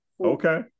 Okay